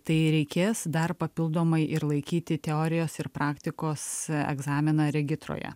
tai reikės dar papildomai ir laikyti teorijos ir praktikos egzaminą regitroje